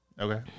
Okay